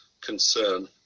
concern